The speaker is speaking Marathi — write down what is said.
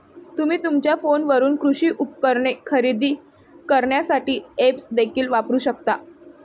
तुम्ही तुमच्या फोनवरून कृषी उपकरणे खरेदी करण्यासाठी ऐप्स देखील वापरू शकता